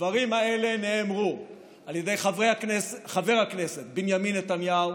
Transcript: הדברים האלה נאמרו על ידי חבר הכנסת בנימין נתניהו